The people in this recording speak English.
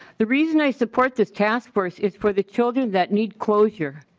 the reason i support this task force is for the children that need closure.